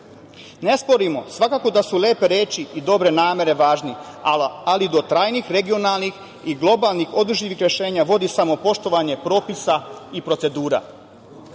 sporno svakako da su lepe reči i dobre namere važne, ali do trajnih regionalnih i globalnih održivih rešenja vodi samo poštovanje propisa i procedura. Konačno,